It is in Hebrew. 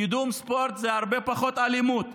קידום ספורט זה הרבה פחות אלימות,